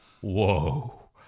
whoa